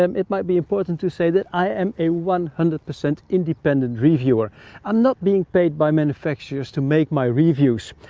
um it might be important to say that i am a one hundred percent independent reviewer and not being paid by manufacturers to make my reviews.